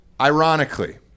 ironically